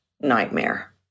nightmare